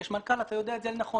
יש מנכ"ל ואתה יודע את זה אל נכון.